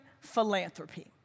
philanthropy